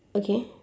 okay